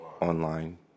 Online